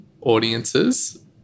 audiences